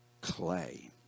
clay